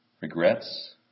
regrets